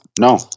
no